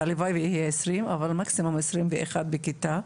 הלוואי ויהיה 20 אבל מקסימום 21 בכיתה,